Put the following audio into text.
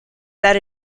that